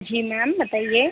जी ma'am बताइए